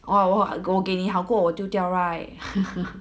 哦我我给你好过我丢掉 right 呵呵呵